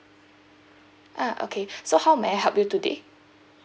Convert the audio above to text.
ah okay so how may I help you today